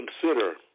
consider